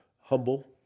humble